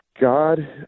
God